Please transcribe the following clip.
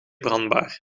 brandbaar